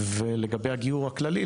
ולגבי הגיור הכללי,